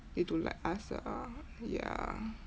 they don't like us lah ya